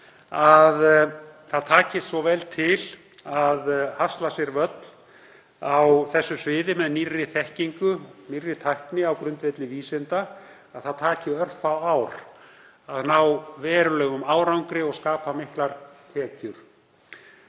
takist svo vel til að hasla sér völl á þessu sviði með nýrri þekkingu, nýrri tækni á grundvelli vísinda, að það taki örfá ár að ná verulegum árangri og skapa miklar tekjur.